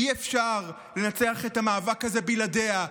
אי-אפשר לנצח במאבק הזה בלעדיה.